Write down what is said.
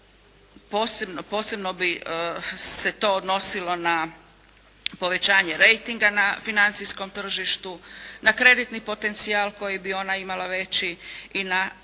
posebno se to odnosilo na povećanje rejtinga na financijskom tržištu, na kreditni potencijal koji bi ona imala veći i na selektivne uvjete